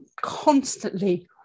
constantly